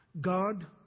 god